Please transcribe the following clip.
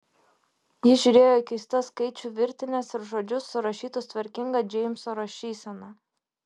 ji žiūrėjo į keistas skaičių virtines ir žodžius surašytus tvarkinga džeimso rašysena